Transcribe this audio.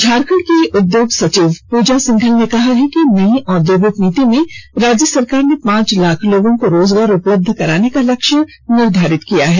झारखंड की उद्योग सचिव पूजा सिंघल ने कहा कि नई औद्योगिक नीति में राज्य सरकार ने पांच लाख लोगों को रोजगार उपलब्ध कराने का लक्ष्य निर्धारित किया है